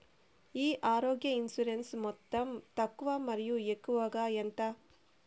ఈ ఆరోగ్య ఇన్సూరెన్సు మొత్తం తక్కువ మరియు ఎక్కువగా ఎంత?